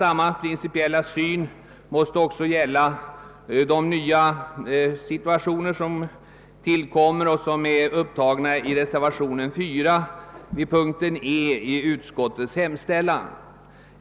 Samma principiella syn måste också gälla beträffande de nya situationer som kan uppstå och som behandlats i reservationen IV vid E i utskottets hemställan.